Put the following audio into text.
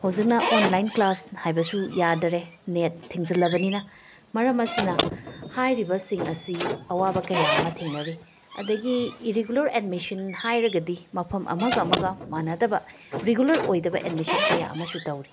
ꯍꯧꯖꯤꯛꯅ online class ꯍꯥꯏꯕꯁꯨ ꯌꯥꯗꯔꯦ ꯅꯦꯠ ꯊꯤꯡꯖꯤꯜꯂꯕꯅꯤꯅ ꯃꯔꯝ ꯑꯁꯤꯅ ꯍꯥꯏꯔꯤꯕꯁꯤꯡ ꯑꯁꯤ ꯑꯋꯥꯕ ꯀꯌꯥ ꯑꯃ ꯊꯦꯡꯅꯔꯤ ꯑꯗꯒꯤ ꯏꯔꯤꯒꯨꯂꯔ ꯑꯦꯠꯃꯤꯁꯟ ꯍꯥꯏꯔꯒꯗꯤ ꯃꯐꯝ ꯑꯃꯒ ꯑꯃꯒ ꯃꯥꯟꯅꯗꯕ ꯔꯤꯒꯨꯂꯔ ꯑꯣꯏꯗꯕ ꯑꯦꯠꯃꯤꯁꯟ ꯀꯌꯥ ꯑꯃꯁꯨ ꯇꯧꯔꯤ